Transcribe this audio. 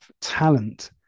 talent